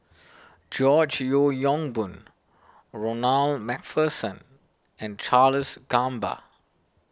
George Yeo Yong Boon Ronald MacPherson and Charles Gamba